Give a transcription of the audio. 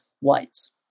whites